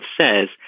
says